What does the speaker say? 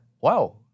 wow